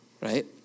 right